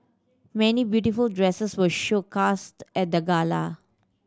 many beautiful dresses were showcased at the gala